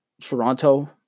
Toronto